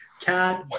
cat